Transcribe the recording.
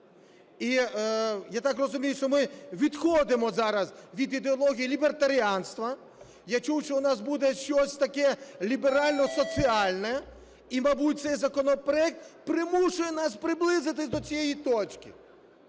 І, я так розумію, що ми відходимо зараз від ідеології лібертаріанства. Я чув, що у нас буде щось таке ліберально-соціальне. І, мабуть, цей законопроект примушує нас приблизитись до цієї точки.